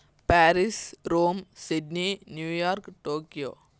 Paris Rome Sydney New York Tokyo